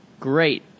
great